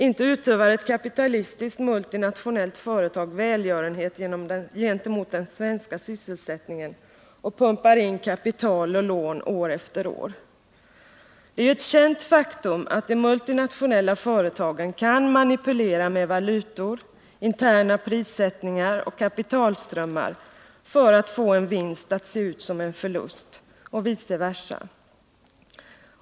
Inte utövar ett kapitalistiskt multinationellt företag välgörenhet gentemot den svenska sysselsättningen genom att pumpa in kapital och lån år efter år. Det är ju ett känt faktum att de multinationella företagen kan manipulera med valutor, interna prissättningar och kapitalströmmar för att få en vinst att se ut som en förlust och vice versa.